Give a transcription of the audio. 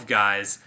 guys